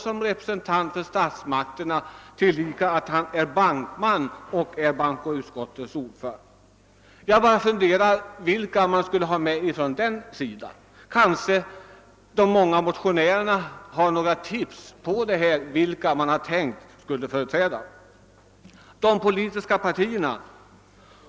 — som representant för statsmakterna. Den sistnämnde är ju tillika bankman. Kanske kan de många motionärerna ge några tips på vilka som ytterligare skulle komma med från den statliga sidan.